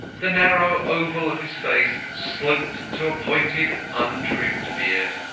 the narrow oval of his face sloped to a pointed, untrimmed beard.